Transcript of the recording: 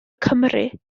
cymru